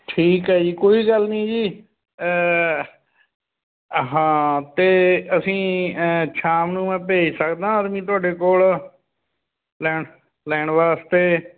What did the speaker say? ਠੀਕ ਹੈ ਜੀ ਕੋਈ ਗੱਲ ਨਹੀਂ ਜੀ ਹਾਂ ਅਤੇ ਅਸੀਂ ਸ਼ਾਮ ਨੂੰ ਮੈਂ ਭੇਜ ਸਕਦਾ ਆਦਮੀ ਤੁਹਾਡੇ ਕੋਲ ਲੈਣ ਲੈਣ ਵਾਸਤੇ